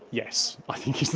yes, i think